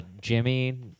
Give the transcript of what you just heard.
Jimmy